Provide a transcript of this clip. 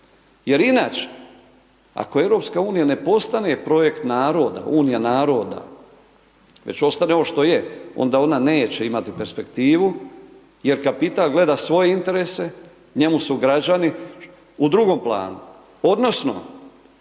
Jer inače, ako EU, ne postane projekt naroda, Unija naroda, već ostaje ovo što je, onda ona neće imati perspektivu, jer kapital gleda svoje interese, njemu su građani u drugm planu. Odnosno,